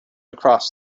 across